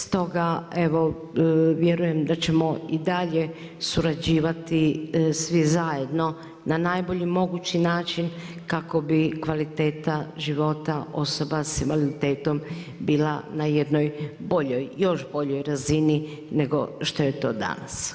Stoga, vjerujem da ćemo i dalje surađivati svi zajedno na najbolji mogući način kako bi kvaliteta života osoba sa invaliditetom bila na jednoj boljoj, još boljoj razini nego što je to danas.